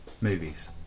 movies